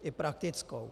I praktickou.